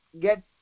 get